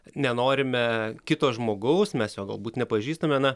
nenorime kito žmogaus mes jo galbūt nepažįstame na